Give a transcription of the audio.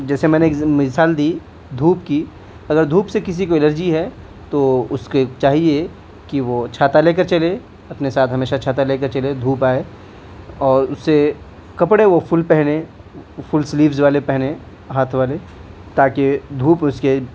جیسے میں نے ایک مثال دی دھوپ کی اگر دھوپ سے کسی کو الرجی ہے تو اس کے چاہیے کہ وہ چھاتا لے کر چلے اپنے ساتھ ہمیشہ چھاتا لے کر چلے دھوپ آئے اور اس سے کپڑے وہ فل پہنے فل سلیبز والے پہنے ہاتھ والے تاکہ دھوپ اس کے